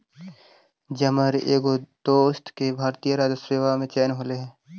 जमर एगो दोस्त के भारतीय राजस्व सेवा में चयन होले हे